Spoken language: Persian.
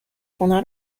خونه